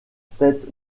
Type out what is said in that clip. tête